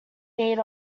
need